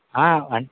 అంటే